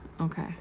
Okay